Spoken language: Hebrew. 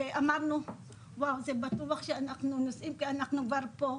ואמרנו שבטוח שאנחנו נוסעים כי אנחנו כבר פה.